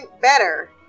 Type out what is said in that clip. better